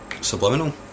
subliminal